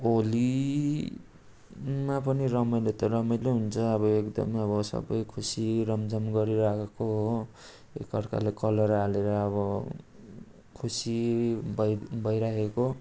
होलीमा पनि रमाइलो त रमाइलो हुन्छ अब एकदमै अब सबै खुसी रमझम गरिरहेको हो एकाअर्कालाई कलर हालेर अब खुसी भई भइरहेको